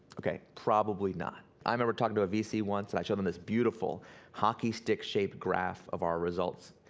okay, probably not. i remember talking to a vc once, and i showed him this beautiful hockey stick shaped graph of our results.